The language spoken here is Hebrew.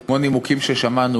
כמו נימוקים ששמענו,